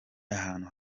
ahantu